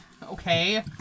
Okay